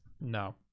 No